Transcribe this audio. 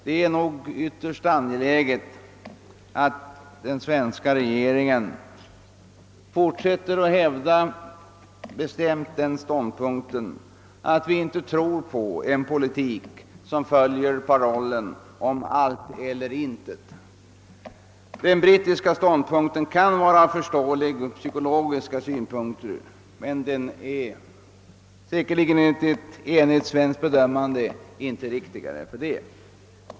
Det är nog yt terst angeläget att den svenska regeringen fortsätter att hävda den ståndpunkten att vi inte tror på en politik som följer parollen om allt eller intet. Den brittiska ståndpunkten kan vara förståelig ur psykologiska synpunkter, men den är enligt ett enigt svenskt bedömande inte riktigare för det.